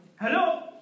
Hello